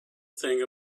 thing